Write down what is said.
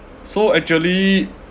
so actually